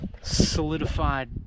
solidified